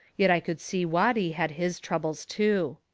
yet i could see watty had his troubles too.